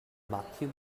matthew